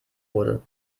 wurde